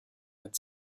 had